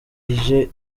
ije